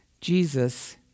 Jesus